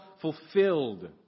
fulfilled